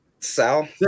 Sal